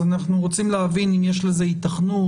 אנחנו רוצים להבין אם יש לזה היתכנות,